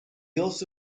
also